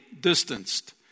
distanced